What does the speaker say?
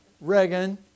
Reagan